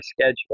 schedule